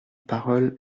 parole